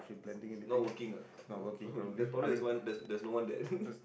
not working ah the problem is one that's that's no one there